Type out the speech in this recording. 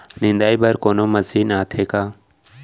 निंदाई बर कोनो मशीन आथे का?